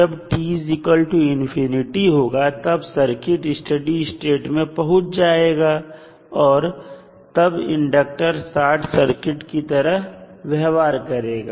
जब t होगा तब सर्किट स्टडी स्टेट में पहुंच जाएगा और तब इंडक्टर शॉर्ट सर्किट की तरह व्यवहार करेगा